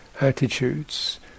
attitudes